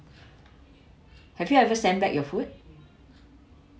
have you ever send back your food